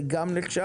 זה גם נחשב?